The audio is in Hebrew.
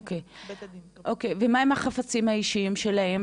אוקיי, ומה עם החפצים האישיים שלהן?